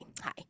hi